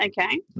Okay